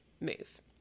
move